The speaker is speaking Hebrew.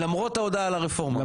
למרות ההודעה על הרפורמה?